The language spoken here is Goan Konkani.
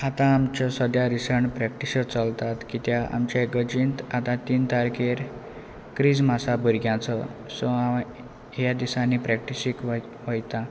आतां आमच्यो सद्या रिसंट प्रॅक्टीस चलतात कित्या आमच्या इगर्जींत आतां तीन तारखेर क्रीज आसा भुरग्यांचो सो हांव ह्या दिसांनी प्रेक्टीसीक वयता